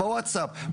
בוואטס-אפ,